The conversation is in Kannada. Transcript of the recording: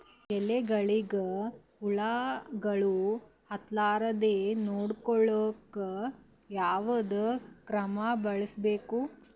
ಎಲೆಗಳಿಗ ಹುಳಾಗಳು ಹತಲಾರದೆ ನೊಡಕೊಳುಕ ಯಾವದ ಕ್ರಮ ಬಳಸಬೇಕು?